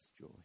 joy